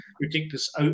ridiculous